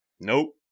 Nope